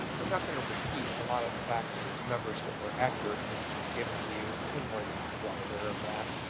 i'm not gonna repeat a lot of the facts and numbers that were accurately just given to you you're more than well aware of that.